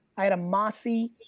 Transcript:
i had a mossy